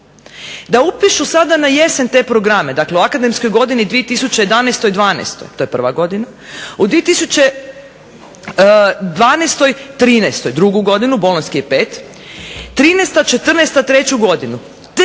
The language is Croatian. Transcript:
Da upišu sada na jesen te programe, dakle u akademskoj godini 2011/2012. to je prva godina, u 2012/2013. drugu godini (Bolonjski je 5), 2013/2014.